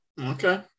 Okay